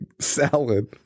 salad